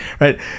Right